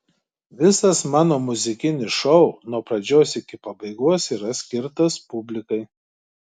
visas mano muzikinis šou nuo pradžios iki pabaigos yra skirtas publikai